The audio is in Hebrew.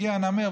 והגיע הנמר,